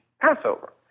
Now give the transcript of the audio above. Passover